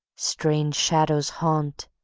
strange shadows haunt,